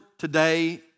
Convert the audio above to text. Today